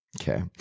Okay